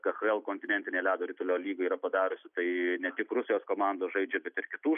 kažkodėl kontinentinė ledo ritulio lyga yra padariusi tai ne tik rusijos komandos žaidžia bet ir kitų